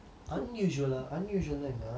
unusual lah unusual என்ன:enna